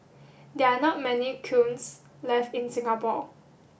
there are not many kilns left in Singapore